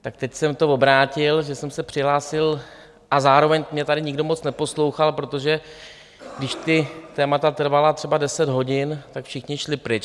Tak teď jsem to obrátil, že jsem se přihlásil, a zároveň mě tady nikdo moc neposlouchal, protože když ta témata trvala třeba deset hodin, tak všichni šli pryč.